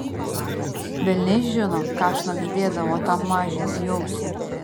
velniai žino ką šnabždėdavo tam mažiui į ausį